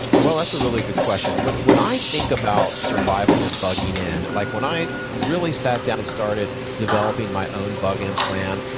well, that's a really good question. when when i think about survival and bugging-in, like when i really sat down and started developing my own bug-in plan,